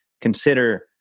consider